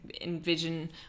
envision